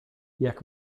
jak